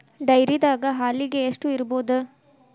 ಡೈರಿದಾಗ ಹಾಲಿಗೆ ಎಷ್ಟು ಇರ್ಬೋದ್?